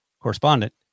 correspondent